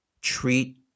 treat